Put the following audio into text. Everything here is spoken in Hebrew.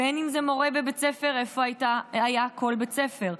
בין אם זה מורה בבית הספר, איפה היה כל בית הספר?